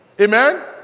Amen